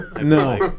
No